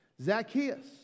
Zacchaeus